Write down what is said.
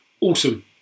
awesome